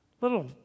little